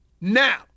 Now